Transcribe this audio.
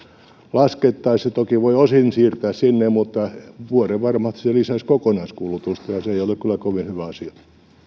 laskettaisiin toki voi osin siirtää sinne mutta vuorenvarmasti se lisäisi kokonaiskulutusta ja se ei ole kyllä kovin